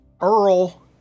Earl